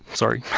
sorry.